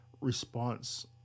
response